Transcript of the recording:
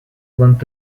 want